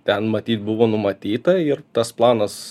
ten matyt buvo numatyta ir tas planas